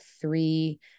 three